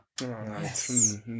Yes